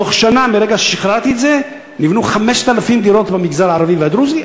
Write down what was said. בתוך שנה מהרגע ששחררתי את זה נבנו 5,000 דירות במגזר הערבי והדרוזי.